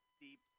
deep –